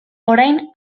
orain